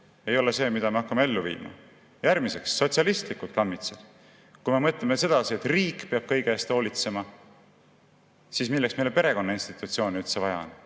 ei ole see, mida me hakkame ellu viima. Järgmiseks, sotsialistlikud kammitsad: kui me mõtleme sedasi, et riik peab kõige eest hoolitsema, siis milleks meile perekonna institutsiooni üldse vaja on?